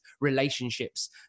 relationships